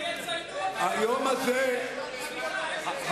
שיציינו אותו, לא פה.